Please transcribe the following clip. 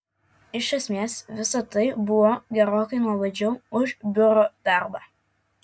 iš esmės visa tai buvo gerokai nuobodžiau už biuro darbą